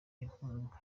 inkunga